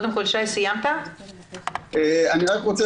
אני לא חושב